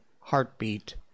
heartbeat